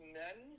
men